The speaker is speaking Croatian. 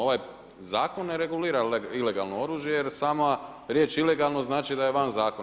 Ovaj zakon ne regulira ilegalno oružje jer sama riječ ilegalno znači da je van zakona.